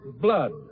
blood